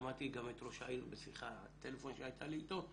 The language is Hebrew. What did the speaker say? שמעתי את גם את ראש העיר בשיחת טלפון שהייתה לי איתו,